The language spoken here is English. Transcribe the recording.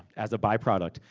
as a byproduct.